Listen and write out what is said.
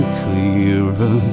clearer